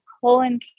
colon